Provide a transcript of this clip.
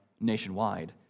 nationwide